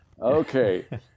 Okay